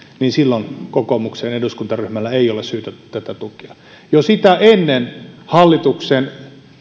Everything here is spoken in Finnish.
niin silloin kokoomuksen eduskuntaryhmällä ei ole syytä tätä tukea jo sitä ennen hallituksen